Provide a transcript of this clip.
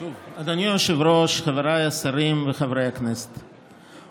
חבר הכנסת אמסלם.